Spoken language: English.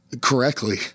correctly